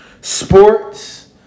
sports